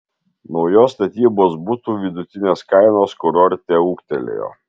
naujos statybos butų vidutinės kainos kurorte ūgtelėjo